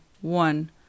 one